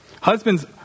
Husbands